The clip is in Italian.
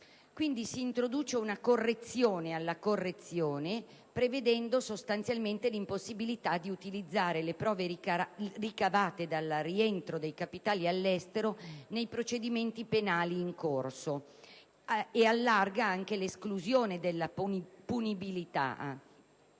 maggioranza introduce una correzione alla correzione, prevedendo l'impossibilità di utilizzare le prove ricavate dal rientro dei capitali dall'estero nei procedimenti penali in corso, e allarga l'esclusione della punibilità